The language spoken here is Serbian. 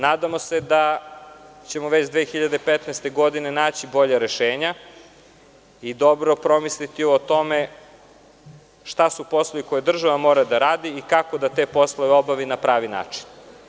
Nadamo se da ćemo već 2015. godine naći bolja rešenja i dobro promisliti o tome šta su poslovi koje država mora da radi i kako da te poslove obavi na pravi način.